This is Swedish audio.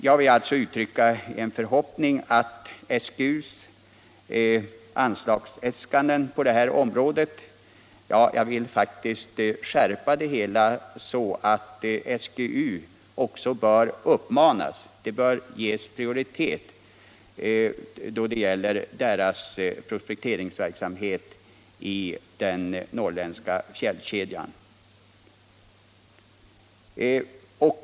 Jag vill till slut framhålla att SGU:s anslagsäskanden vad gäller prospekteringsverksamhet av ifrågavarande slag i den norrländska fjällkedjan bör behandlas med prioritet.